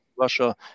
Russia